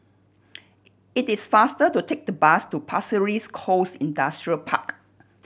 it is faster to take the bus to Pasir Ris Coast Industrial Park